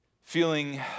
feeling